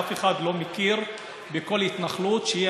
אף אחד לא מכיר בכל התנחלות שהיא,